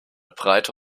breite